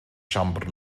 siambr